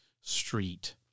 street